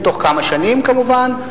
בתוך כמה שנים כמובן,